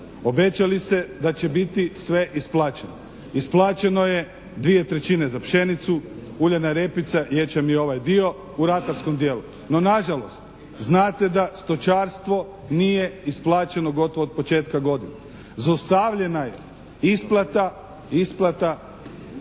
Obećali ste da će biti sve isplaćeno. Isplaćeno je dvije trećine za pšenicu, uljana repica, ječam i ovaj dio u ratarskom dijelu. No nažalost znate da stočarstvo nije isplaćeno gotovo od početka godine. Zaustavljena je isplata, isplata